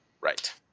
right